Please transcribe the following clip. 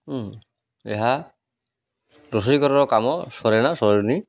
ଏହା ରୋଷେଇ କର୍ମର କାମ ସରେନା ସରିନି